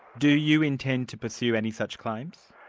do you intend to pursue any such claims?